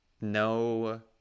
No